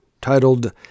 titled